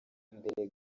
mbere